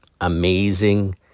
amazing